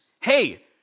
hey